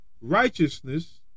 righteousness